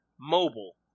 mobile